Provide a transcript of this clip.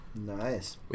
Nice